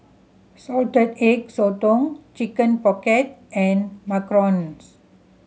Salted Egg Sotong Chicken Pocket and macarons